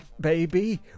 baby